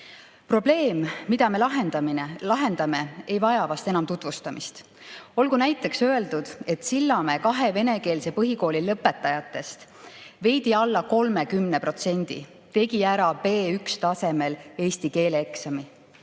Probleem, mida me lahendame, ei vaja vast enam tutvustamist. Olgu näiteks öeldud, et Sillamäe kahe venekeelse põhikooli lõpetajatest veidi alla 30% tegi ära B1-tasemel eesti keele eksami.